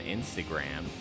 Instagram